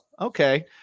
okay